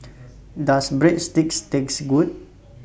Does Breadsticks Taste Good